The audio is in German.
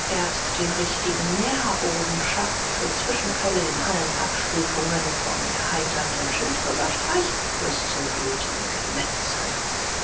erst den richtigen nährboden schafft für zwischenfälle in allen abstufungen vom erheiternden schildbürgerstreich bis zum blutigen gemetzel